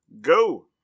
go